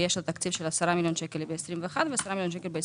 יש לה תקציב של 10 מיליון שקל ב-21' ו-10 מיליון שקל ב-22'.